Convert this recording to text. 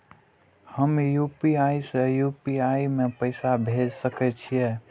हम यू.पी.आई से यू.पी.आई में पैसा भेज सके छिये?